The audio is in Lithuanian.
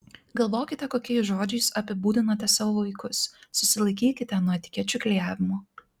galvokite kokiais žodžiais apibūdinate savo vaikus susilaikykite nuo etikečių klijavimo